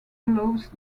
allows